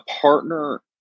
partner